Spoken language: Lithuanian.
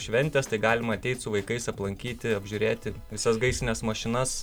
šventes tai galima ateit su vaikais aplankyti apžiūrėti visas gaisrines mašinas